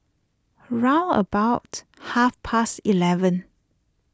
round about half past eleven